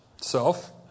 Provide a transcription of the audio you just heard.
self